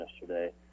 yesterday